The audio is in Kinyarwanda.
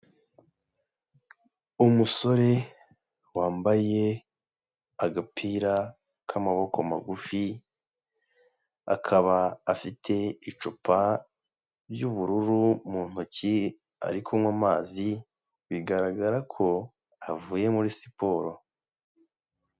Umusore wambaye agapira k'amaboko magufi, akaba afite icupa ry'ubururu mu ntoki ari kunywa amazi, bigaragara ko avuye muri siporo.